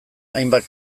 hainbat